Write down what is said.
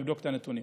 אבדוק את הנתונים.